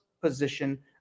position